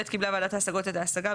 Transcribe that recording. (ב)קיבלה ועדת ההשגות את ההשגה,